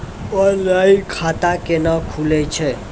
Online खाता केना खुलै छै?